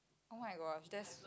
oh-my-gosh that's